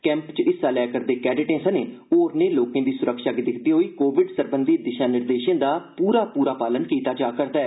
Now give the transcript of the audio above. camp च हिस्सा लै करदे कैंडेटें सने होरनें लोकें दी सुरक्षा गी दिक्खदे होई कोविड सरबंधी दिशा निर्देशें दा पूरा पूरा पालन कीता जा'रदा ऐ